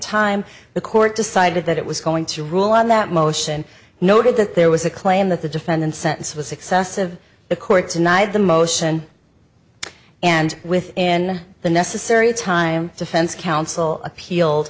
time the court decided that it was going to rule on that motion noted that there was a claim that the defendant sentence was excessive the court tonight the motion and within the necessary time defense counsel appeal